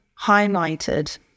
highlighted